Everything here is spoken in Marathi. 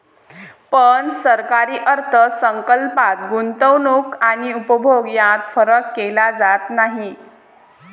पण सरकारी अर्थ संकल्पात गुंतवणूक आणि उपभोग यात फरक केला जात नाही